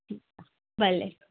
ठीकु आहे भले